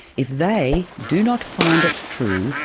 if they do not find it true,